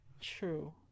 True